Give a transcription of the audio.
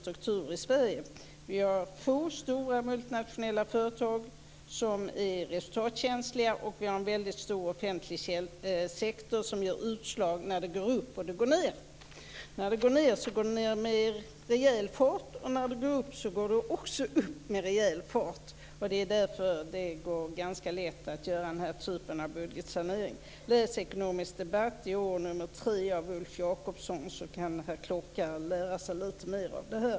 Det finns få stora multinationella företag som är resultatkänsliga, och det finns en stor offentlig sektor som ger utslag när det går ned. När det går ned sker det med rejäl fart, och när det går upp sker det med rejäl fart. Det är därför det är lätt att göra den typen av budgetsanering. Läs i Ekonomisk debatt, nr 3 i år av Ulf Jacobsson, så kan herr Klockare lära sig litet mer.